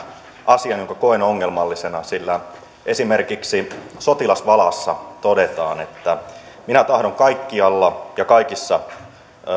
asian jonka koen ongelmallisena esimerkiksi sotilasvalassa todetaan että minä tahdon kaikkialla ja kaikissa